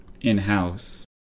in-house